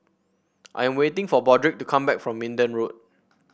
I am waiting for Broderick to come back from Minden Road